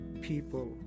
people